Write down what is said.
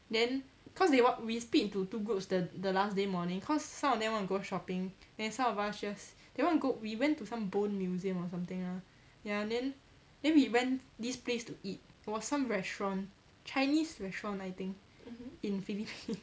then cause they want we split into two groups the the last day morning cause some of them want to go shopping then some of us just want go we went to some bone museum or something lah ya then then we went this place to eat it was some restaurant chinese restaurant I think in philippines